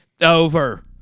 over